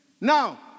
now